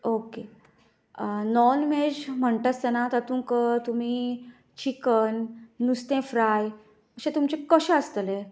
okay non veg म्हणटा आसतना तातूंत तुमी चिकन नुस्तें फ्राय अशें तुमचें कशें आसतलें